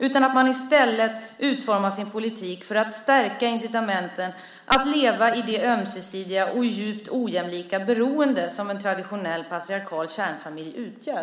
I stället utformar man sin politik för att stärka incitamenten att leva i det ömsesidiga och djupt ojämlika beroende som en traditionell patriarkal kärnfamilj utgör.